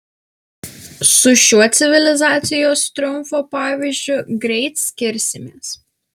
su šiuo civilizacijos triumfo pavyzdžiu greit skirsimės